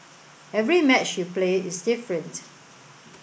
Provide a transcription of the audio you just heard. every match you play is different